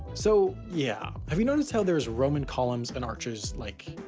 so, yeah, have you noticed how there's roman columns and arches like,